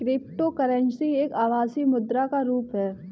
cryptocurrency एक आभासी मुद्रा का रुप है